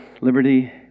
liberty